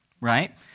right